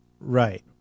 Right